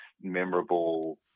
memorable